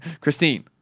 Christine